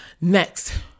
Next